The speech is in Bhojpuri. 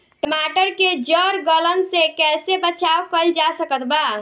टमाटर के जड़ गलन से कैसे बचाव कइल जा सकत बा?